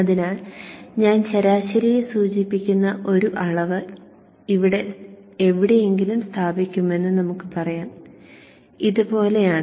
അതിനാൽ ഞാൻ ശരാശരിയെ സൂചിപ്പിക്കുന്ന ഒരു അളവ് ഇവിടെ എവിടെയെങ്കിലും സ്ഥാപിക്കുമെന്ന് നമുക്ക് പറയാം Vo ഇതുപോലെയാണ്